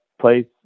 place